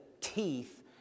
teeth